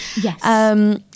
Yes